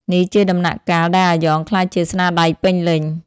នេះជាដំណាក់កាលដែលអាយ៉ងក្លាយជាស្នាដៃពេញលេញ។